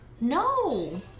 No